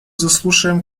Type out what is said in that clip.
заслушаем